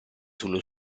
sullo